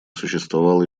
существовало